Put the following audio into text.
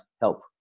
help